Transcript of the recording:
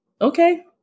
Okay